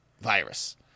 virus